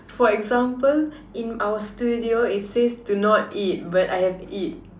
for example in our studio it says do not eat but I have eat